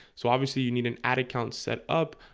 so obviously you need an ad account set up